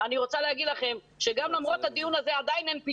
נאלצנו להגיע לפתחו של בית הדין ומי שבסופו של דבר הכריע את